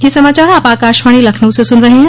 ब्रे क यह समाचार आप आकाशवाणी लखनऊ से सुन रहे हैं